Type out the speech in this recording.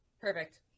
Perfect